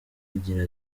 agira